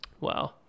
Wow